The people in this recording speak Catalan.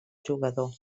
jugador